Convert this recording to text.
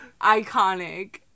iconic